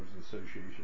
Association